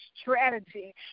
strategy